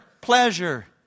pleasure